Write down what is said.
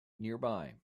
nearby